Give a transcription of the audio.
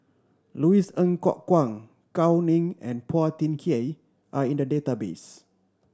Louis Ng Kok Kwang Gao Ning and Phua Thin Kiay are in the database